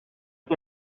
que